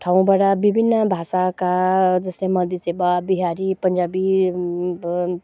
ठाउँबाट विभिन्न भाषाका जस्तै मदिसे भयो बिहारी पन्जाबी